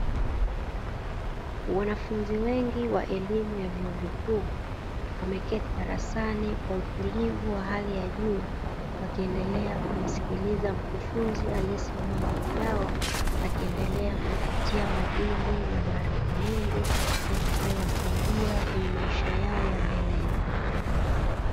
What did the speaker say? Wanafunzi wengi wa elimu ya vyuo vikuu wameketi darasani kwa utulivu wa hali ya juu, wakiendelea kumsikiliza mkufunzi aliyesimama mbele yao, akiendelea kuwapatia madini na maarifa mengi, yatakayowasaidia kwenye maisha yao ya mbeleni.